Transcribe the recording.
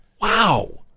Wow